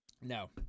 No